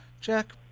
Jack